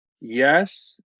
Yes